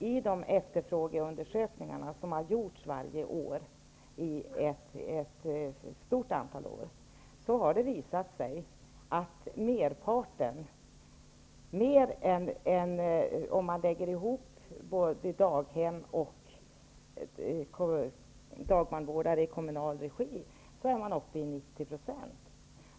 I de efterfrågeundersökningar som har gjorts varje år under ett stort antal år har det visat sig att merparten, 90 %, vill ha barnomsorg i kommunal regi, om man räknar in både daghem och dagbarnvårdare i kommunal regi.